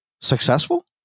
successful